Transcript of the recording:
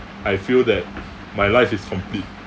I feel that my life is complete